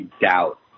doubt